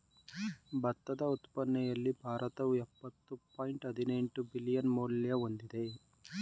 ಭತ್ತದ ಉತ್ಪಾದನೆಯಲ್ಲಿ ಭಾರತವು ಯಪ್ಪತ್ತು ಪಾಯಿಂಟ್ ಹದಿನೆಂಟು ಬಿಲಿಯನ್ ಮೌಲ್ಯ ಹೊಂದಿದೆ